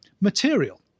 material